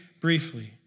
briefly